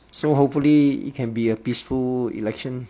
so hopefully it can be a peaceful election